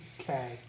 Okay